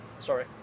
Sorry